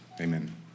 amen